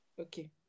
Okay